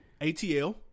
ATL